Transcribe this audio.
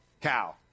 cow